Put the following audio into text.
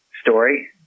story